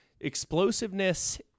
Explosiveness